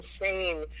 insane